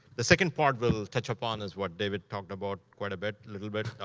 the second part, we'll touch upon, is what david talked about quite a bit, little bit,